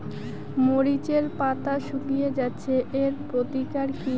মরিচের পাতা শুকিয়ে যাচ্ছে এর প্রতিকার কি?